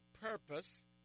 purpose